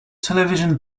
television